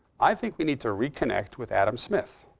i think we need to reconnect with adam smith.